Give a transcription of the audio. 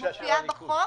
הוא מופיעה בחוק.